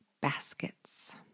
Baskets